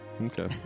Okay